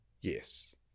Yes